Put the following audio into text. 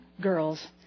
girls